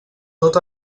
tot